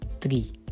three